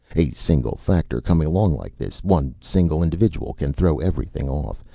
a single factor coming along like this, one single individual, can throw everything off.